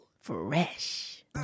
Fresh